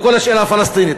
לכל השאלה הפלסטינית.